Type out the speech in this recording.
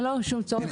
ללא שום צורך.